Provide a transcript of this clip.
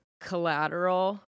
collateral